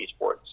esports